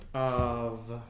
of